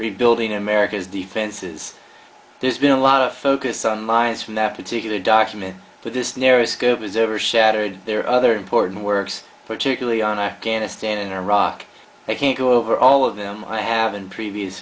rebuilding america's defenses there's been a lot of focus on mines from that particular document but this narrow scope is over shattered there are other important works particularly on i can't stand in iraq i can't go over all of them i have in previous